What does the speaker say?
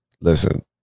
Listen